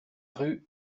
rue